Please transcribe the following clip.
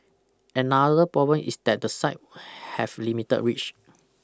another problem is that the site have limited reach